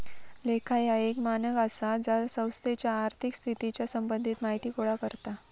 लेखा ह्या एक मानक आसा जा संस्थेच्या आर्थिक स्थितीच्या संबंधित माहिती गोळा करता